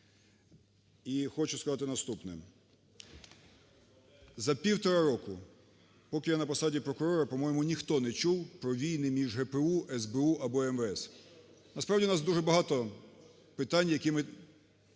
і хочу сказати наступне. За півтора року поки я на посаді прокурора, по-моєму, ніхто не чув про війни між ГПУ, СБУ або МВС. Насправді, у нас дуже багато питань, які ми